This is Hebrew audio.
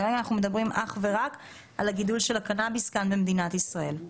כרגע אנחנו מדברים אך ורק על הגידול של הקנאביס כאן במדינת ישראל.